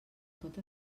pot